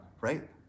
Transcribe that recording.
right